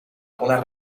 algunas